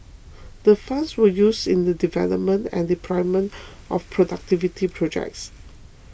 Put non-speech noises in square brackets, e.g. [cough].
[noise] the funds were used in the development and deployment of productivity projects